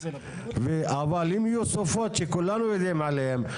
אבל אם יהיו סופות שכולנו יודעים עליהם,